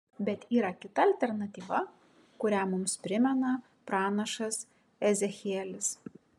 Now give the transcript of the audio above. bet yra kita alternatyva kurią mums primena pranašas ezechielis